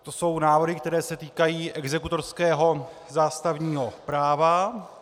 To jsou návrhy, které se týkají exekutorského zástavního práva.